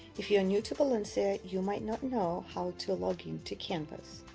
if you are new to valencia, you might not know how to login to canvas,